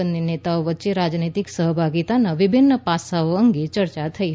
બંને નેતાઓ વચ્ચે રાજનૈતિક સહભાગીતાના વિભિન્ન પાસાઓ અંગે ચર્ચાઓ થઈ હતી